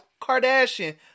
Kardashian